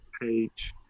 page